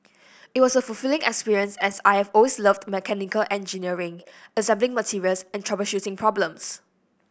it was a fulfilling experience as I always loved mechanical engineering assembling materials and troubleshooting problems